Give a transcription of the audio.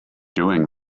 doing